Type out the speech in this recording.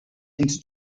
into